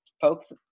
folks